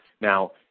Now